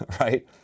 right